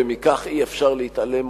ומכך אי-אפשר להתעלם,